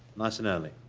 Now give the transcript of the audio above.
nice and early.